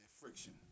friction